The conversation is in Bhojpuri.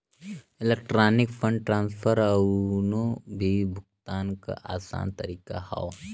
इलेक्ट्रॉनिक फण्ड ट्रांसफर कउनो भी भुगतान क आसान तरीका हौ